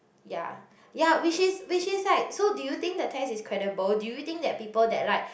ya ya which is which is like so do you think the test is credible do you think that people that like